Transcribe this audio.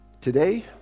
today